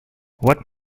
what